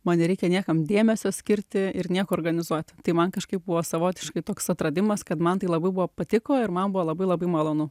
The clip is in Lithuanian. man nereikia niekam dėmesio skirti ir nieko organizuoti tai man kažkaip buvo savotiškai toks atradimas kad man tai labai patiko ir man buvo labai labai malonu